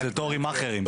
זה תור עם מעכרים.